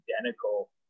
identical